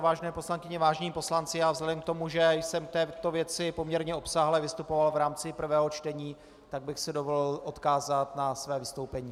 Vážené poslankyně, vážení poslanci, vzhledem k tomu, že jsem k této věci poměrně obsáhle vystupoval v rámci prvého čtení, tak bych si dovolil odkázat na své vystoupení.